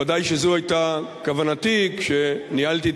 ודאי שזאת היתה כוונתי כשניהלתי את